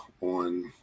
on